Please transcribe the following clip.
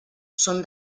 són